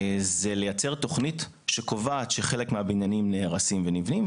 זה לייצר תוכנית שקובעת שחלק מהבניינים נהרסים ונבנים,